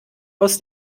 aus